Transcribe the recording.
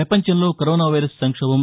ప్రపంచంలో corona virus సంక్షోభం